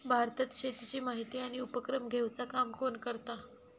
भारतात शेतीची माहिती आणि उपक्रम घेवचा काम कोण करता?